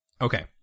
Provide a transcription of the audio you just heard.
Okay